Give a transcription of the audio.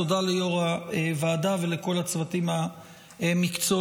תודה ליו"ר הוועדה ולכל הצוותים המקצועיים.